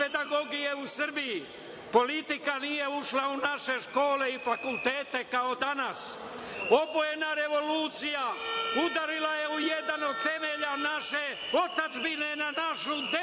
u Srbiji politika nije ušla u naše škole i fakultete kao danas. Obojena revolucija udarila je u jedan od temelja naše otadžbine – na našu